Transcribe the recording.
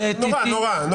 נורא, נורא.